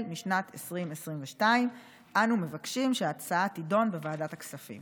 משנת 2022. אנו מבקשים שההצעה תידון בוועדת הכספים.